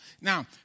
Now